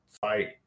fight